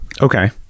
Okay